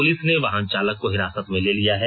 police ने वाहन चालक को हिरासत में ले लिया है